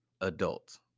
adults